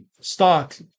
stock